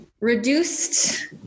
reduced